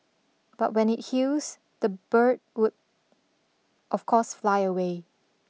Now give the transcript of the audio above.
but when it heals the bird would of course fly away